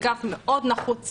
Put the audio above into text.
זה קו מאוד נחוץ